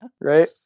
Right